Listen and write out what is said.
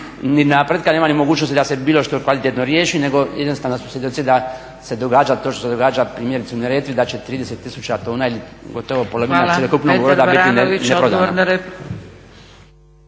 ni napretka, nema ni mogućnosti da se bilo što kvalitetno riješi nego jednostavno smo svjedoci da se događa to što se događa, primjerice u Neretvi, da će 30 tisuća tona ili gotovo … **Zgrebec, Dragica